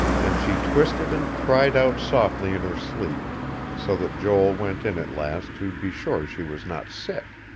and she twisted and cried out softly in her sleep so that joel went in at last to be sure she was not sick.